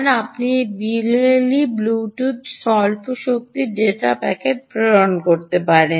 এবং আপনি একটি বিএলই ব্লুটুথ স্বল্প শক্তি ডেটা প্যাকেট প্রেরণ করতে পারেন